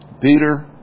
Peter